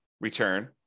return